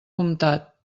comtat